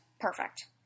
perfect